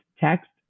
text